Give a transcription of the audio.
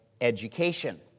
education